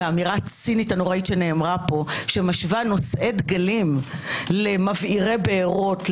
והאמירה הצינית הנוראית שנאמרה פה שמשווה נושאי דגלים למבעירי בערות,